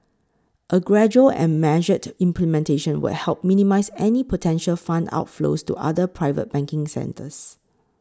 a gradual and measured implementation would help minimise any potential fund outflows to other private banking centres